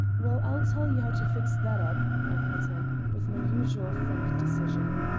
well, i'll tell you how to fix that up, i put in, with my usual frank decision.